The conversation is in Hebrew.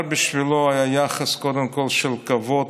בשבילו הדר היה קודם כול יחס של כבוד